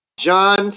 John